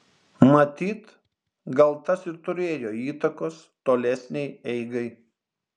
matyt gal tas ir turėjo įtakos tolesnei eigai